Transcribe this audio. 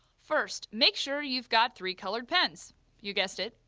first, make sure you've got three colored pens you guessed it,